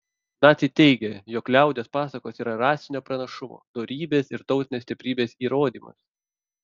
naciai teigė jog liaudies pasakos yra rasinio pranašumo dorybės ir tautinės stiprybės įrodymas